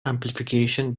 amplification